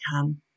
come